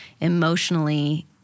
emotionally